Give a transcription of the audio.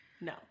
No